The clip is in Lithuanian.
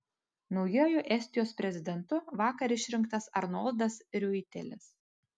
naujuoju estijos prezidentu vakar išrinktas arnoldas riuitelis